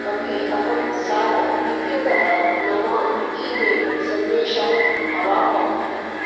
अपि अहं सारा इत्यतः नवान् ई मेल् सन्देशान् अवापम्